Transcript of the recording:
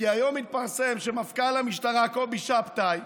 כי היום התפרסם שמפכ"ל המשטרה קובי שבתאי,